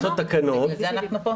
בגלל זה אנחנו פה.